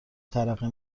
ترقه